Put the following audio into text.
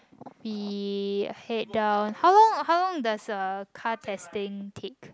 we head down how long how long does a car testing take